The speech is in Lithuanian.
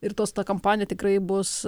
ir tos ta kampanija tikrai bus